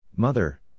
Mother